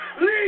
leave